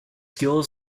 skill